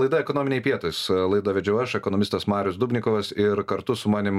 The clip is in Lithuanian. laida ekonominiai pietūs laidą vedžiau aš ekonomistas marius dubnikovas ir kartu su manim